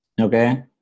Okay